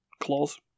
claws